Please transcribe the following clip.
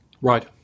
Right